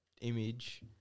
image